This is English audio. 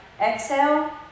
exhale